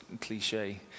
cliche